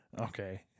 Okay